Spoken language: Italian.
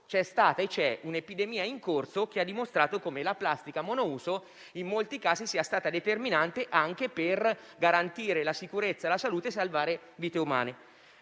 c'è stata e c'è un'epidemia in corso che ha dimostrato come la plastica monouso in molti casi sia stata determinante anche per garantire la sicurezza e la salute e salvare vite umane.